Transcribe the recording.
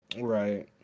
Right